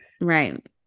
Right